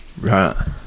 Right